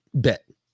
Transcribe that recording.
bit